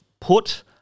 put